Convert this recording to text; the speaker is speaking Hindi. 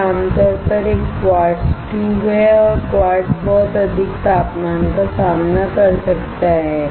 यह आम तौर पर एक क्वार्ट्ज ट्यूब है और क्वार्ट्ज बहुत अधिक तापमान का सामना कर सकता है